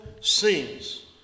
scenes